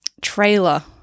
trailer